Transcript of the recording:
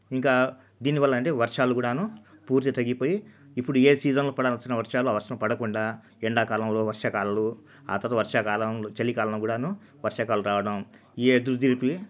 ఇంకా దీనివల్ల ఏంటంటే వర్షాలు కూడా పూర్తిగా తగ్గిపోయి ఇప్పుడు ఏ సీజన్లో పడాల్సిన వర్షాలు ఆ వర్షం పడకుండా ఎండాకాలంలో వర్షకాలాలు ఆ తర్వాత వర్షాకాలంలో చలికాలం కూడా వర్షాకాలలు రావడం ఈ అదుతరుపులే